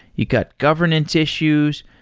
you've got governance issues.